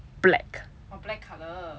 black